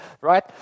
Right